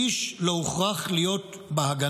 איש לא הוכרח להיות בהגנה,